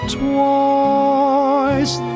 twice